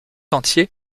entier